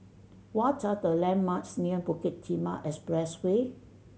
what are the landmarks near Bukit Timah Expressway